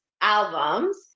albums